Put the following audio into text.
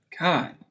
God